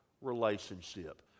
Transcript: relationship